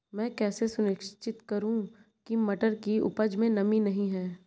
मैं कैसे सुनिश्चित करूँ की मटर की उपज में नमी नहीं है?